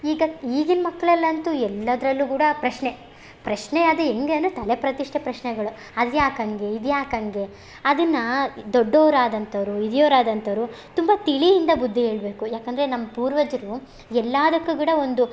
ಈಗ ಈಗಿನ ಮಕ್ಕಳಲ್ಲಂತೂ ಎಲ್ಲದರಲ್ಲೂ ಕೂಡ ಪ್ರಶ್ನೆ ಪ್ರಶ್ನೆ ಅದು ಹೇಗೆ ಅಂದರೆ ತಲೆಪ್ರತಿಷ್ಠೆ ಪ್ರಶ್ನೆಗಳು ಅದ್ಯಾಕೆ ಹಾಗೆ ಇದ್ಯಾಕೆ ಹಾಗೆ ಅದನ್ನು ದೊಡ್ಡೋರು ಆದಂತೋರು ಹಿರಿಯೋರ್ ಆದಂತೋರು ತುಂಬ ತಿಳಿಯಿಂದ ಬುದ್ದಿ ಹೇಳ್ಬೇಕು ಯಾಕಂದರೆ ನಮ್ಮ ಪೂರ್ವಜರು ಎಲ್ಲದಕ್ಕೂ ಕೂಡ ಒಂದು